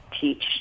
teach